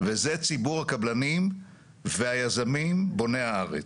וזה ציבור הקבלנים והיזמים בוני הארץ.